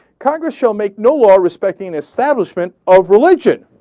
congress shall make no law respecting establishment of religion.